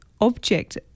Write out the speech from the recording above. object